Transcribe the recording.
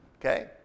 Okay